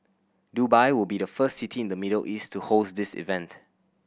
Dubai will be the first city in the Middle East to host this event